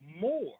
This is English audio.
more